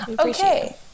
Okay